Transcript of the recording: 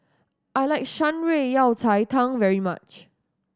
I like Shan Rui Yao Cai Tang very much